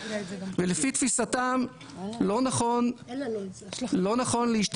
ולפי תפיסתם לא נכון להשתמש,